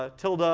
ah tilde? ah